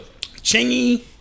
Chingy